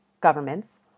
governments